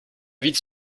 vite